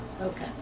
Okay